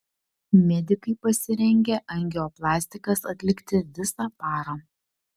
medikai pasirengę angioplastikas atlikti visą parą